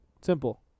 simple